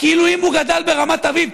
כאילו אם הוא גדל ברמת אביב,